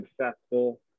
successful